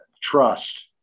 trust